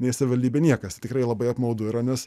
nei savivaldybė niekas tikrai labai apmaudu yra nes